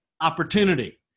opportunity